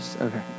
okay